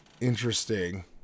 interesting